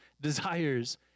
desires